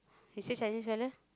he say Chinese fellow